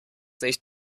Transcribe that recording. nicht